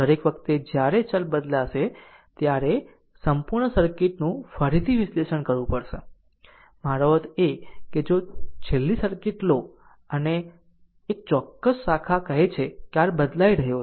દરેક વખતે જ્યારે ચલ બદલાશે ત્યારે સંપૂર્ણ સર્કિટનું ફરીથી વિશ્લેષણ કરવું પડશે મારો અર્થ છે કે જો છેલ્લા સર્કિટ લો અને એક ચોક્કસ શાખા કહે કે r બદલાઈ રહ્યો છે